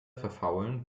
verfaulen